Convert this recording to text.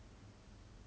save face you know